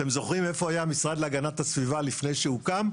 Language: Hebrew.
אתם זוכרים איפה היה המשרד להגנת הסביבה לפני שהוא הוקם?